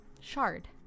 shard